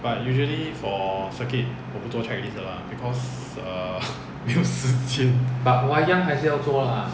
but usually for circuit 我不做 checklist 的啦 because err 没有时间